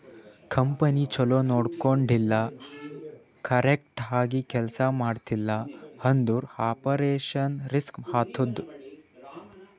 company ಛಲೋ ನೊಡ್ಕೊಂಡಿಲ್ಲ, correct ಆಗಿ ಕೆಲ್ಸಾ ಮಾಡ್ತಿಲ್ಲ ಅಂದುರ್ ಆಪರೇಷನಲ್ ರಿಸ್ಕ್ ಆತ್ತುದ್